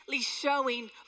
showing